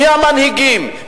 מי המנהיגים,